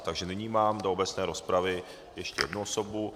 Takže nyní mám do obecné rozpravy ještě jednu osobu...